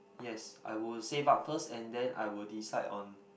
yes I will save up first and then I will decide on